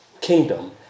kingdom